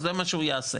זה מה שהוא יעשה.